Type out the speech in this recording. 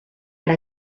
ara